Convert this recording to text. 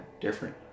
different